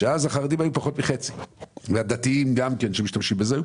כאשר אז החרדים היו חצי ממספרם היום וגם הדתיים שמשתמשים בחופים האלה,